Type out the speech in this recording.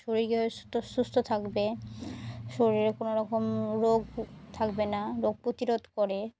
শরীরে সুস্থ থাকবে শরীরে কোনো রকম রোগ থাকবে না রোগ প্রতিরোধ করে